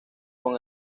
con